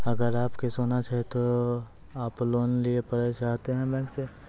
अगर आप के सोना छै ते आप लोन लिए पारे चाहते हैं बैंक से?